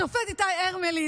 השופט איתי הרמלין,